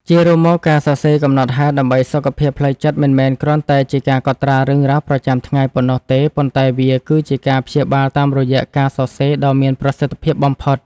ជារួមមក ការសរសេរកំណត់ហេតុដើម្បីសុខភាពផ្លូវចិត្ត មិនមែនគ្រាន់តែជាការកត់ត្រារឿងរ៉ាវប្រចាំថ្ងៃប៉ុណ្ណោះទេ ប៉ុន្តែវាគឺជាការព្យាបាលតាមរយៈការសរសេរ ដ៏មានប្រសិទ្ធភាពបំផុត។